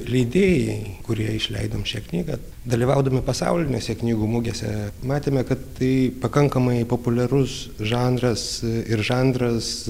leidėjai kurie išleidom šią knygą dalyvaudami pasaulinėse knygų mugėse matėme kad tai pakankamai populiarus žanras ir žanras